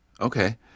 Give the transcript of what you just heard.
Okay